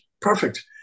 perfect